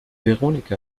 veronika